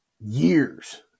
years